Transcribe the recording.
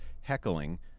heckling